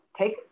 take